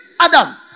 Adam